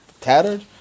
tattered